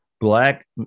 Black